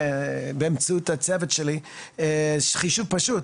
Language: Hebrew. באמצעות הצוות שלי אני עושה חישוב פשוט.